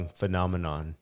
phenomenon